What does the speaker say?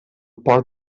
port